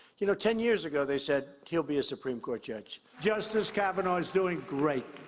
you know, ten years ago, they said, he'll be a supreme court judge. justice kavanaugh is doing great.